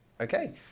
Okay